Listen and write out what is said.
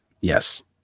Yes